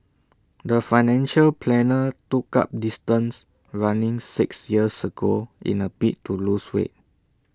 the financial planner took up distance running six years ago in A bid to lose weight